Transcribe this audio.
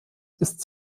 ist